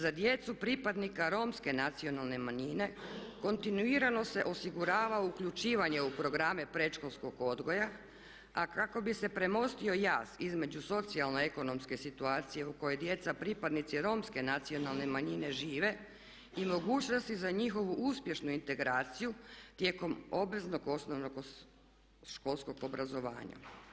Za djecu pripadnika Romske nacionalne manjine kontinuirano se osigurava uključivanje u programe predškolskog odgoja a kako bi se premostio jaz između socijalno ekonomske situacije u kojoj djeca pripadnici Romske nacionalne manjine žive i mogućnosti za njihovu uspješnu integraciju tijekom obveznog osnovnog školskog obrazovanja.